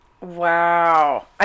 Wow